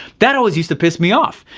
that always used to piss me off.